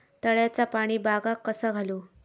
तळ्याचा पाणी बागाक कसा घालू?